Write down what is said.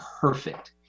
perfect